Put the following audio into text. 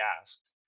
asked